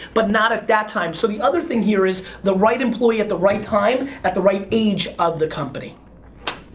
but not at that time. so the other thing here is, the right employee at the right time, at the right age of the company.